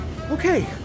Okay